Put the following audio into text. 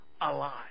alive